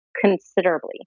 considerably